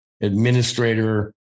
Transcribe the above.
administrator